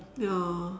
ya